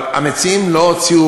אבל המציעים לא הוציאו,